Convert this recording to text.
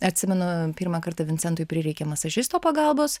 atsimenu pirmą kartą vincentui prireikė masažisto pagalbos